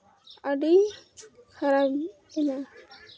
ᱟᱹᱰᱤ ᱠᱷᱟᱨᱟᱯ ᱮᱱᱟ